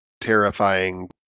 terrifying